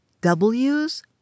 W's